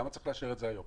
למה צריך לאשר את זה היום?